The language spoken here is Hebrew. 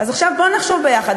עכשיו בוא נחשוב ביחד,